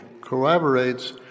corroborates